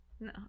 no